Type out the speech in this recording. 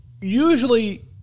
usually